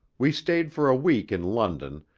we stayed for a week in london,